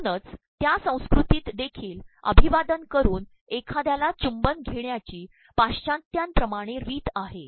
म्हणूनच त्या सस्त्ं कृतीत देखील अमभवादन करून एखाद्याला चबुं न घेण्याची पाश्चात्यांिमाणे रीत आहे